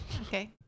Okay